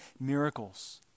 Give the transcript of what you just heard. miracles